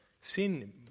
Sin